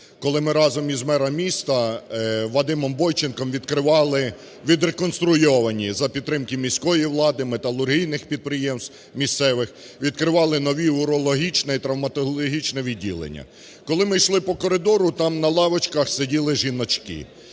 коли ми разом з мером міста Вадимом Бойченком відкривали відреконструйовані за підтримки міської влади, металургійних підприємств місцевих відкривали нові урологічне і травматологічне відділення. Коли ми йшли по коридору, там на лавочках сиділи жіночки,